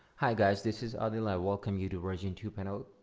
hi guys, this is adil, i welcome you to version two panel.